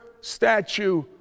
statue